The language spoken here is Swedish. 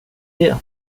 det